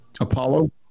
Apollo